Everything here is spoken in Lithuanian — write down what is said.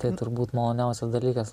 tai turbūt maloniausias dalykas